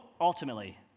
ultimately